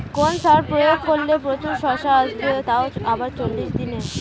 কোন সার প্রয়োগ করলে প্রচুর শশা আসবে তাও আবার চল্লিশ দিনে?